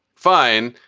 fine.